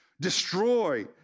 destroy